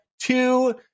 two